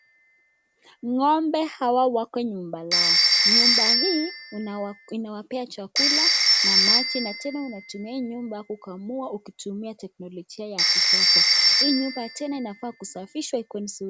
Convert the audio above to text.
Ng'ombe hawa wako nyumba lao, nyumba hii inawapea chakula na maji na tena wanatumia hii nyumba kukamua ukitumia teknolojia ya kisasa hii nyumba tena inafaa kusafishwa ikuwe nzuri.